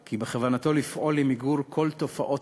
כי בכוונתנו לפעול למיגור כל תופעות